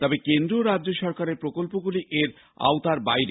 তবে কেন্দ্র ও রাজ্য সরকারের প্রকল্পগুলি এর আওতার বাইরে